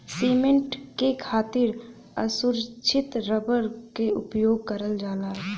cement के खातिर असुरछित रबर क उपयोग करल जाला